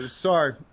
sorry